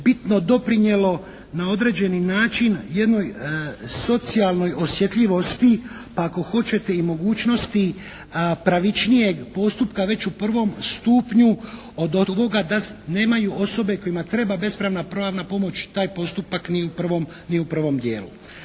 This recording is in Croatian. bitno doprinijelo na određeni način jednoj socijalnoj osjetljivosti, pa ako hoćete i mogućnosti pravičnijeg postupka već u prvom stupnju od ovoga da nemaju osobe kojima treba besplatna pravna pomoć taj postupak ni u prvom dijelu.